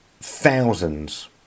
thousands